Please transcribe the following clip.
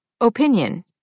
Opinion